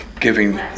giving